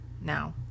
now